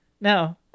No